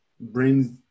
brings